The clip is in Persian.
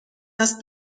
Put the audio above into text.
است